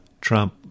Trump